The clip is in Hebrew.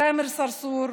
תאמר סרסור,